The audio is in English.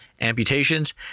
amputations